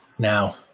Now